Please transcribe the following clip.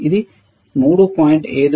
ఇది 3